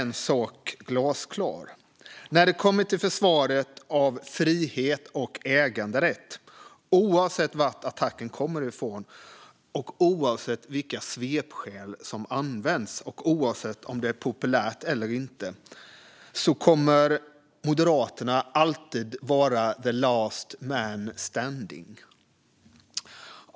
En sak är glasklar när det kommer till försvaret av frihet och äganderätt. Oavsett varifrån attacken kommer, oavsett vilka svepskäl som används och oavsett om det är populärt eller inte kommer Moderaterna alltid att vara the last man standing.